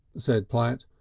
said platt.